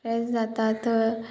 fresh जाता थंय